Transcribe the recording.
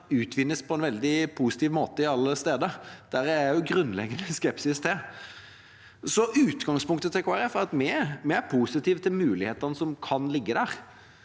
utvinnes på en veldig positiv måte alle steder – det har jeg en grunnleggende skepsis til. Så utgangspunktet til Kristelig Folkeparti er at vi er positive til mulighetene som kan ligge der,